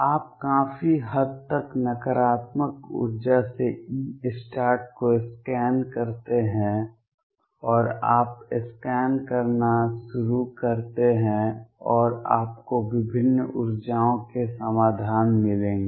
आप काफी हद तक नकारात्मक ऊर्जा से E स्टार्ट को स्कैन करते हैं और आप स्कैन करना शुरू करते हैं और आपको विभिन्न ऊर्जाओं के समाधान मिलेंगे